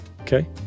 Okay